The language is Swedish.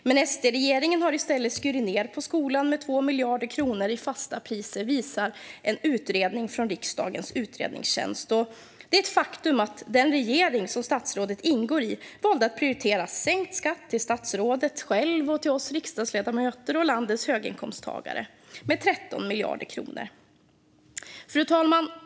Men SD-regeringen har i stället skurit ned på skolan med 2 miljarder kronor i fasta priser, visar en utredning från riksdagens utredningstjänst. Det är ett faktum att den regering statsrådet ingår i valde att prioritera sänkt skatt till sig själv, oss riksdagsledamöter och landets höginkomsttagare med 13 miljarder kronor. Fru talman!